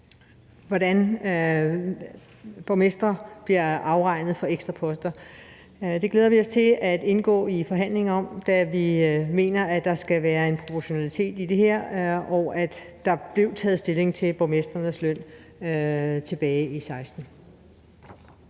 hvordan borgmestre bliver aflønnet for ekstra poster. Det glæder vi os til at indgå i forhandlinger om, da vi mener, at der skal være en proportionalitet i det her, og der blev taget stilling til borgmestrenes løn tilbage i 2016.